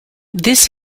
this